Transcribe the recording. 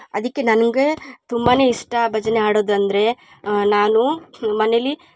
ಅದಕ್ಕೆ ನನಗೆ ತುಂಬಾ ಇಷ್ಟ ಭಜನೆ ಹಾಡೋದು ಅಂದರೆ ನಾನು ಮನೇಲಿ